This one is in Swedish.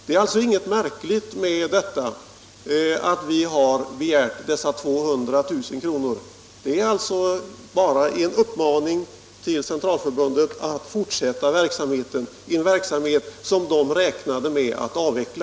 Det är alltså inget märkligt med att vi har begärt dessa 200 000 kr., det är bara en uppmaning till Centralförbundet att fortsätta verksamheten, en verksamhet som det räknade med att avveckla.